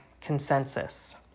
consensus